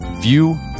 view